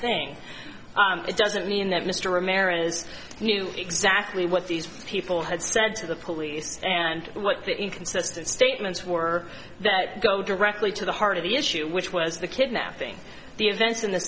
thing it doesn't mean that mr americas knew exactly what these people had said to the police and what the inconsistent statements were that go directly to the heart of the issue which was the kidnapping the events in the